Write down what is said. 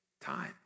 time